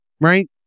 right